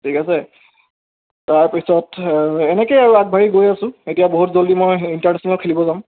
ঠিক আছে তাৰপিছত এনেকৈয়ে আৰু আগবাঢ়ি গৈ আছো এতিয়া বহুত জলদি মই ইন্টাৰনেচ্নেলত খেলিব যাম